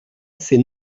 ces